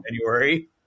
January